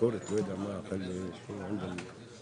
מפעל טכנולוגיית להבים.